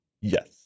Yes